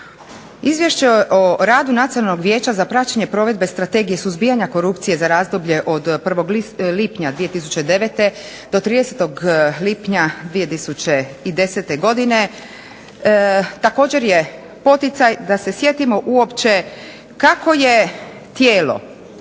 Izvješće o radu Nacionalnog vijeća za praćenje provedbe Strategije suzbijanja korupcije za razdoblje od 1. lipnja 2009. do 30. lipnja 2010. godine također je poticaj da se sjetimo uopće kako je tijelo,